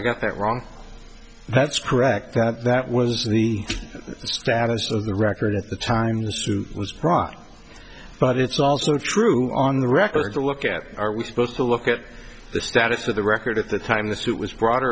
i got that wrong that's correct that that was the status of the record at the time the suit was brought but it's also true on the record to look at are we supposed to look at the status of the record at the time the suit was brought